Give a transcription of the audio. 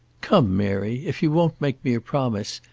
come, mary, if you won't make me a promise,